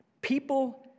People